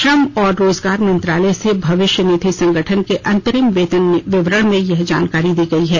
श्रम और रोजगार मंत्रालय से भविष्य निधि संगठन के अंतरिम वेतन विवरण में यह जानकारी दी गई है